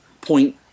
point